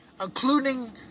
including